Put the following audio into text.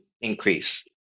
increase